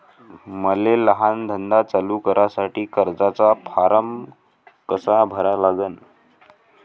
मले लहान धंदा चालू करासाठी कर्जाचा फारम कसा भरा लागन?